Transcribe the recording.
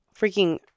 freaking